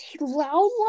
loud